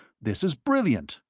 this is brilliant.